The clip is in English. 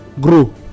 grow